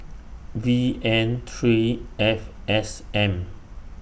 V N three F S M